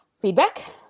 Feedback